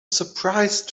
surprise